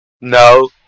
No